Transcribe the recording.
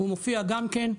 הוא מופיע גם כן,